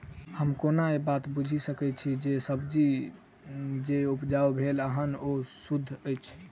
हम केना ए बात बुझी सकैत छी जे सब्जी जे उपजाउ भेल एहन ओ सुद्ध अछि?